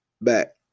back